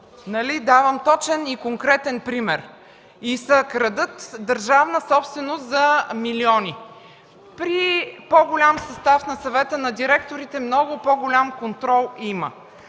давам точен и конкретен пример, и се краде държавна собственост за милиони. При по-голям състав на Съвета на директорите има много по-голям контрол.